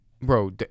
bro